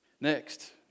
next